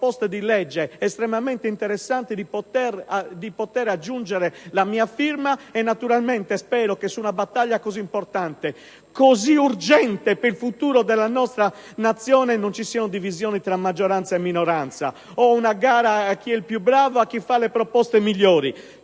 di legge estremamente interessanti, di poter aggiungere la mia firma. Naturalmente spero che su una battaglia così importante, così urgente per il futuro della nostra Nazione non ci siano divisioni tra maggioranza e minoranza o una gara tra chi è più bravo o chi fa le proposte migliori: